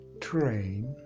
Train